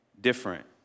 different